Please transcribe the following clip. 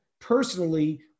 personally